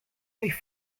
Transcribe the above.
durch